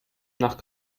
nach